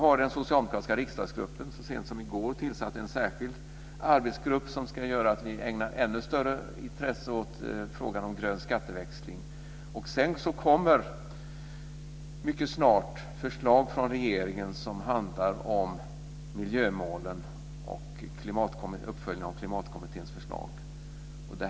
I den socialdemokratiska riksdagsgruppen har vi så sent som i går tillsatt en särskild arbetsgrupp som ska göra att vi ägnar ännu större intresse åt frågan om grön skatteväxling. Sedan kommer mycket snart förslag från regeringen om miljömålen och om uppföljning av Klimatkommitténs förslag.